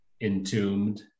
entombed